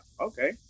okay